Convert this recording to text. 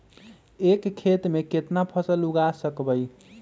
एक खेत मे केतना फसल उगाय सकबै?